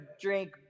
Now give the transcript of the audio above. drink